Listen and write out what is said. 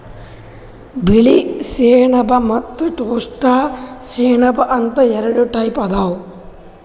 ಬಿಳಿ ಸೆಣಬ ಮತ್ತ್ ಟೋಸ್ಸ ಸೆಣಬ ಅಂತ್ ಎರಡ ಟೈಪ್ ಅದಾವ್